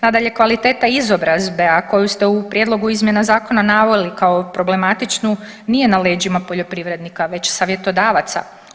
Nadalje, kvaliteta izobrazbe, a koju ste u prijedlogu izmjena zakona naveli kao problematičnu nije na leđima poljoprivrednika već savjetodavaca.